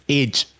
age